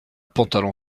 pantalon